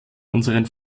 unseren